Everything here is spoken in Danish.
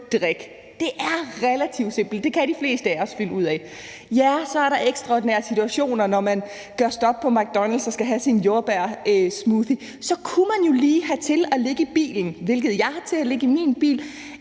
drik. Det er relativt simpelt. Det kan de fleste af os finde ud af. Ja, så er der ekstraordinære situationer, når man gør stop på McDonald's og skal have sin jordbærsmoothie. Så kunne man jo lige have til at ligge i bilen, hvilket jeg har liggende min bil,